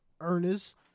Ernest